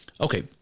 Okay